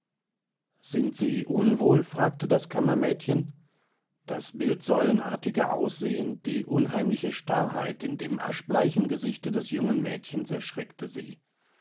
sind sie unwohl fragte das kammermädchen das bildsäulenartige aussehen die unheimliche starrheit in dem aschbleichen gesichte des jungen mädchens erschreckte sie